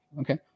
Okay